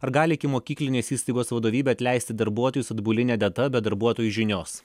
ar gali ikimokyklinės įstaigos vadovybė atleisti darbuotojus atbuline data be darbuotojų žinios